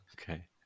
Okay